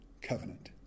covenant